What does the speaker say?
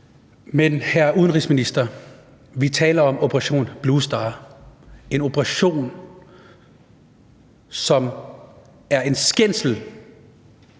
Men, hr. udenrigsminister, vi taler om »Operation Blue Star«, en operation, som er en skændsel